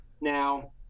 Now